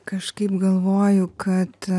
kažkaip galvoju kad